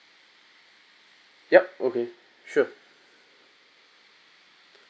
yup okay sure